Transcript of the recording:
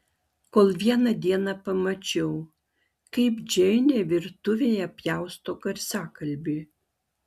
kol vieną dieną pamačiau kaip džeinė virtuvėje pjausto garsiakalbį